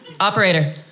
Operator